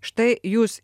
štai jūs